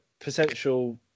potential